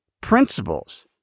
Principles